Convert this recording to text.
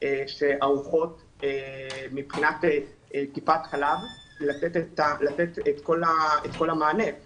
שערוכות לתת את כל המענה מבחינת טיפת חלב.